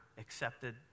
accepted